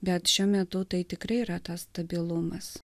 bet šiuo metu tai tikrai yra tas stabilumas